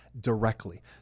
directly